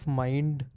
mind